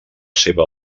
seva